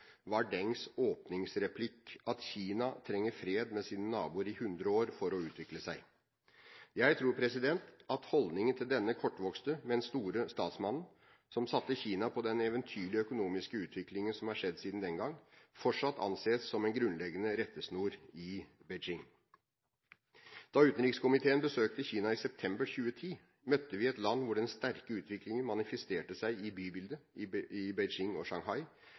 var Dengs åpningsreplikk at Kina trenger fred med sine naboer i 100 år for å utvikle seg. Jeg tror at holdningen til denne kortvokste, men store statsmannen, som satte Kina på den eventyrlige økonomiske utviklingen som er skjedd siden den gang, fortsatt anses som en grunnleggende rettesnor i Beijing. Da utenrikskomiteen besøkte Kina i september 2010, møtte vi et land hvor den sterke utviklingen manifesterte seg i bybildet i Beijing og Shanghai,